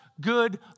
good